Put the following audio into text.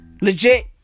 Legit